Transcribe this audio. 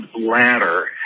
Ladder